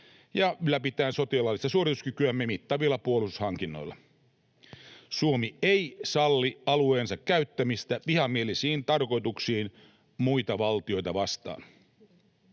ja ylläpitäen sotilaallista suorituskykyämme mittavilla puolustushankinnoilla. Suomi ei salli alueensa käyttämistä vihamielisiin tarkoituksiin muita valtioita vastaan.